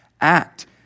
act